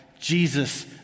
Jesus